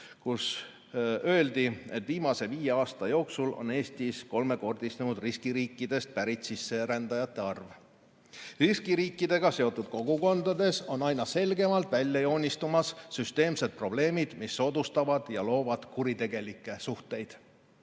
kus on öeldud, et viimase viie aasta jooksul on Eestis kolmekordistunud riskiriikidest pärit sisserändajate arv. Riskiriikidega seotud kogukondades on aina selgemalt välja joonistumas süsteemsed probleemid, mis soodustavad ja loovad kuritegelikke suhteid.